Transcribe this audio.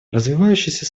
развивающиеся